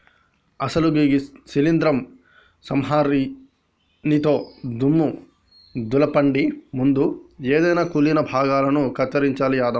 అసలు గీ శీలింద్రం సంహరినితో దుమ్ము దులపండి ముందు ఎదైన కుళ్ళిన భాగాలను కత్తిరించాలి యాదమ్మ